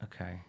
Okay